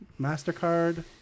mastercard